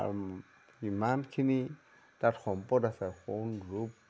আৰু ইমানখিনি তাত সম্পদ আছে সোণ ৰূপ